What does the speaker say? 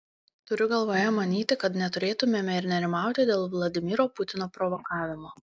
turiu galvoje manyti kad neturėtumėme ir nerimauti dėl vladimiro putino provokavimo